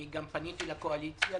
אני פניתי גם לקואליציה,